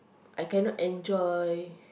I cannot enjoy